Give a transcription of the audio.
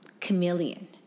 chameleon